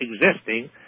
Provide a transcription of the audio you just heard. existing